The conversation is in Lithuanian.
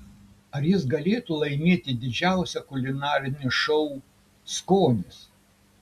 ar jis galėtų laimėti didžiausią kulinarinį šou skonis